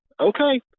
Okay